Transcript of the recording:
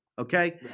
Okay